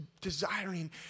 desiring